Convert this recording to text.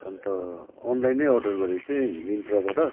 अन्त online order गरेको थिएँ मिन्त्राबाट